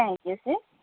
thank you sir